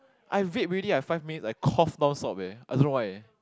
I vape already I five minutes like cough non stop eh I don't know why